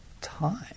time